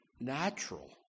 natural